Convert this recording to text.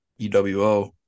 uwo